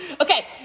Okay